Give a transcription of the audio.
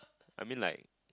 I mean like